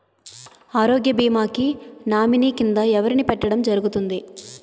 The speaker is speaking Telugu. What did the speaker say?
ఆరోగ్య భీమా కి నామినీ కిందా ఎవరిని పెట్టడం జరుగతుంది?